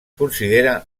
considera